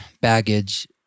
baggage